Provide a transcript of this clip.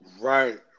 Right